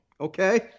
okay